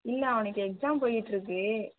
இல்லை அவனுக்கு எக்ஸாம் போய்க்கிட்டுருக்கு